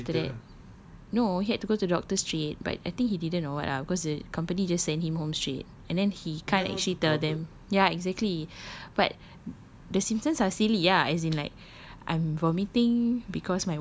ya then after that no he had to go to doctor straight but I think he didn't or what ah cause the company just sent him home straight and then he kind of actually tell them ya exactly but the symptoms are silly ah as in like I'm vomitting